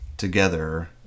together